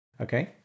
Okay